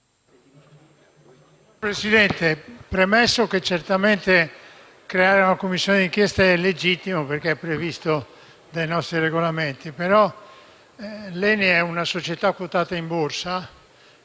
Presidente, premesso che certamente creare una Commissione di inchiesta è legittimo, perché è previsto dai nostri Regolamenti, faccio notare che l'ENI è una società quotata in borsa,